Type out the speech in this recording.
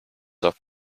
off